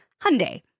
Hyundai